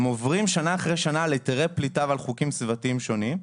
הם עוברים שנה אחרי שנה על היתרי פליטה ועל חוקים סביבתיים שונים.